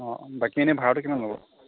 অঁ অঁ বাকী এনে ভাড়াটো কিমান ল'ব